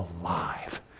alive